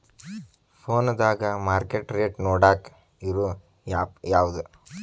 ಫೋನದಾಗ market rate ನೋಡಾಕ್ ಇರು ಆ್ಯಪ್ ಯಾವದು?